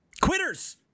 Quitters